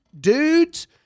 dudes